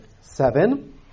seven